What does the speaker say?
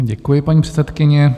Děkuji, paní předsedkyně.